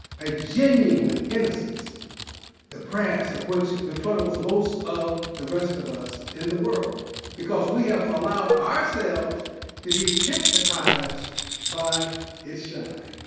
a genuine innocence the brass of which befuddles most of the rest of us in the world because we have allowed ourselves to be hypnotized by its shine.